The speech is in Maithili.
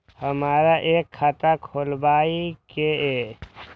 हमरा एक खाता खोलाबई के ये?